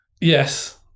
Yes